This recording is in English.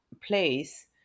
place